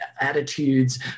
attitudes